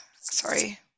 sorry